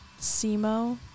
SEMO